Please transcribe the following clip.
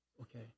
okay